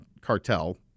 cartel